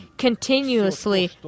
continuously